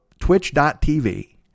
twitch.tv